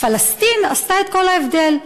פלסטין עשתה את כל ההבדל.